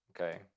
okay